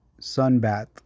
Sunbath